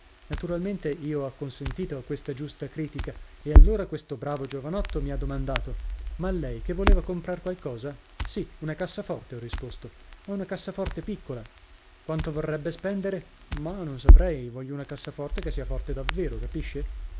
naturalmente io ho acconsentito a questa giusta critica e allora questo bravo giovanotto mi ha domandato ma lei che voleva comprar qualcosa sì una cassaforte ho risposto ma una cassaforte piccola quanto vorrebbe spendere ma non saprei voglio una cassaforte che sia forte davvero capisce